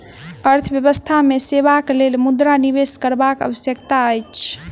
अर्थव्यवस्था मे सेवाक लेल मुद्रा निवेश करबाक आवश्यकता अछि